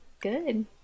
good